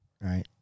right